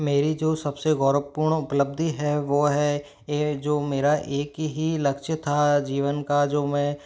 मेरी जो सब से गौरवपूर्ण उपलब्धि है वो है ये जो मेरा एक ही लक्ष्य था जीवन का जो मैं